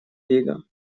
рига